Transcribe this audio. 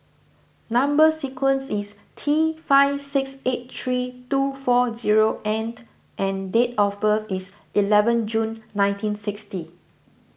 Number Sequence is T five six eight three two four zero end and date of birth is eleven June nineteen sixty